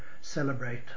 celebrate